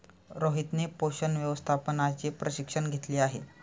रोहितने पोषण व्यवस्थापनाचे प्रशिक्षण घेतले आहे